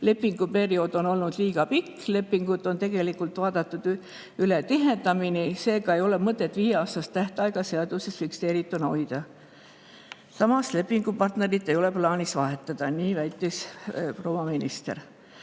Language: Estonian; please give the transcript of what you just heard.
lepinguperiood on olnud liiga pikk, lepingud on tegelikult vaadatud üle tihedamini, seega ei ole mõtet viieaastast tähtaega seaduses fikseerituna hoida. Samas, lepingupartnerit ei ole plaanis vahetada. Nii väitis proua minister.